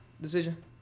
decision